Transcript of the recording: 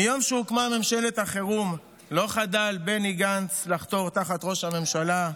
מיום שהוקמה ממשלת חירום לא חדל בני גנץ לחתור תחת ראש הממשלה,